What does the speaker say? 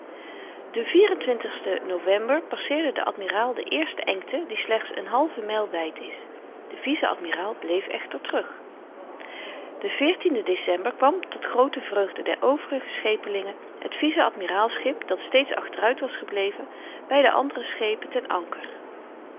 den november passeerde de admiraal de eerste engte die slechts een halve mijl wyd is de vice-admiraal bleef echter terug de december kwam tot groote vreugde der overige schepelingen het vice admiraalschip dat steeds achteruit was gebleven by de andere schepen ten anker